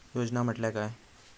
योजना म्हटल्या काय?